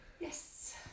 Yes